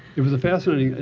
it was fascinating.